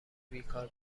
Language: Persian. بیکار